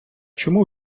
чому